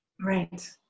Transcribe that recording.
Right